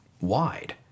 wide